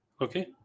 Okay